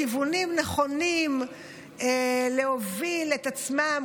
כיוונים נכונים להוביל את עצמם,